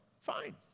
fine